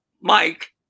Mike